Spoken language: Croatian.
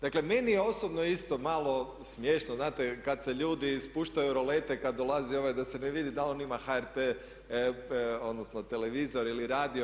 Dakle, meni je osobno isto malo smiješno znate kad se ljudi spuštaju rolete kad dolazi ovaj da se ne vidi da li on ima HRT odnosno televizor ili radio.